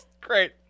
Great